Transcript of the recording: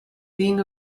being